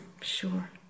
Sure